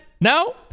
No